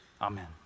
Amen